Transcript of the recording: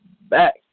back